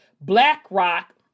BlackRock